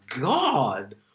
God